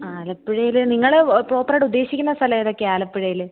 ആലപ്പുഴയിൽ നിങ്ങൾ പ്രോപ്പർ ആയിട്ട് ഉദ്ദേശിക്കുന്ന സ്ഥലം ഏതൊക്കെയാണ് ആലപ്പുഴയിൽ